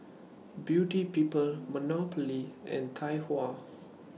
Beauty People Monopoly and Tai Hua